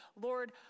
Lord